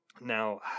Now